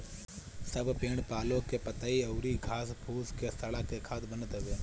सब पेड़ पालो के पतइ अउरी घास फूस के सड़ा के खाद बनत हवे